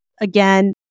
Again